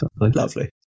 Lovely